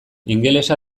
ingelesa